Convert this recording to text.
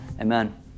Amen